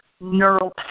neural